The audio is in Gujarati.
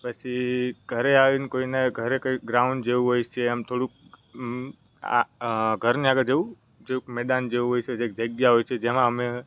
પછી ઘરે આવીન કોઈને ઘરે કંઈ ગ્રાઉન્ડ જેવું હોય સે એમ થોડુંક આ ઘરની જેવું જેવું મેદાન જેવું હોય છે જે એક જગ્યા હોય છે જેમાં અમે